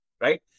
Right